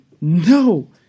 No